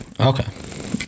Okay